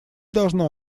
должно